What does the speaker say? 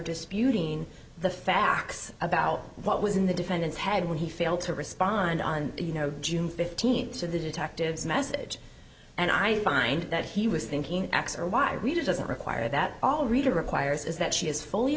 disputing the facts about what was in the defendant's head when he failed to respond on you know june fifteenth to the detectives message and i find that he was thinking x or y reader doesn't require that all reader requires is that she is fully